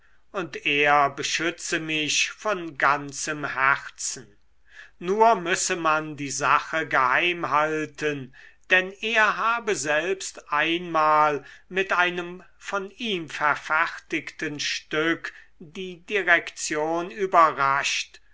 und er beschütze mich von ganzem herzen nur müsse man die sache geheim halten denn er habe selbst einmal mit einem von ihm verfertigten stück die direktion überrascht